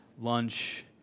lunch